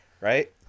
right